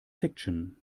fiction